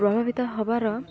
ପ୍ରଭାବିତ ହେବାର